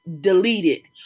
deleted